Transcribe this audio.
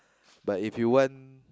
but if you want